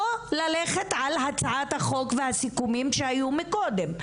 או ללכת על הצעת החוק והסיכומים שהיו קודם,